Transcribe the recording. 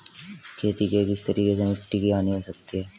खेती के किस तरीके से मिट्टी की हानि हो सकती है?